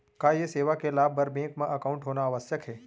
का ये सेवा के लाभ बर बैंक मा एकाउंट होना आवश्यक हे